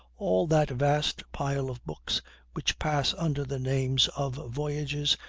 all that vast pile of books which pass under the names of voyages,